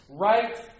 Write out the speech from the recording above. right